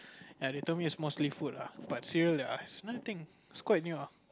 they told me it's mostly food ah but cereal they ask nothing it's quite new ah